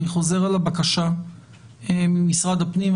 אני חוזר על הבקשה ממשרד הפנים.